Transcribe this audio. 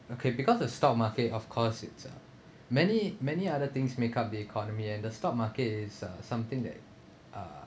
okay because the stock market of course it's a many many other things make up the economy and the stock market is uh something that uh